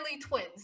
twins